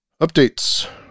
Updates